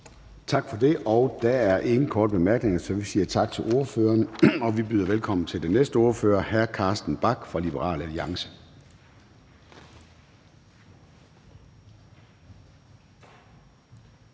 Tak for det. Der er ingen korte bemærkninger, så vi siger tak til ordføreren, og vi byder velkommen til den næste ordfører, hr. Carsten Bach fra Liberal Alliance.